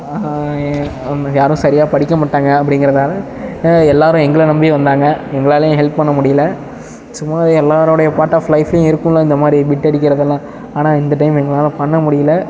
யாரும் சரியாக படிக்க மாட்டாங்க அப்படிங்கறதால எல்லோரும் எங்களை நம்பி வந்தாங்க எங்களாலேயும் ஹெல்ப் பண்ண முடியல சும்மா எல்லோரோடைய பார்ட் ஆஃப் லைஃப்லேயும் இருக்கும்ல இந்த மாதிரி பிட் அடிக்கிறதெல்லாம் ஆனால் இந்த டைம் எங்களால் பண்ண முடியல